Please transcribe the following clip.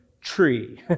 tree